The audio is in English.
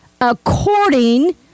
according